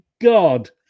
God